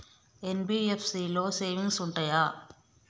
NBFC లో savings ఉంటయా?